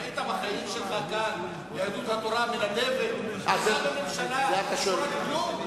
ראית בחיים שלך כאן את יהדות התורה מנדבת תמיכה בממשלה תמורת כלום?